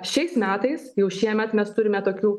šiais metais jau šiemet mes turime tokių